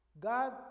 God